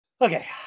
Okay